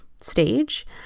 stage